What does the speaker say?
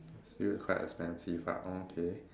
still quite expensive but okay